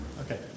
Okay